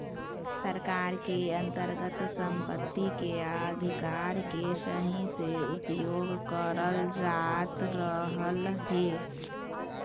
सरकार के अन्तर्गत सम्पत्ति के अधिकार के सही से उपयोग करल जायत रहलय हें